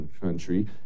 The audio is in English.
country